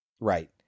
Right